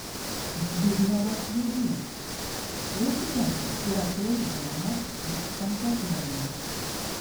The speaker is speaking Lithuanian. zbignevas jedinskis prezidentas yra klaidinamas ir šantažuojamas